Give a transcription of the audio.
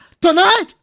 Tonight